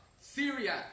Syria